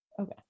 Okay